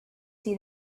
see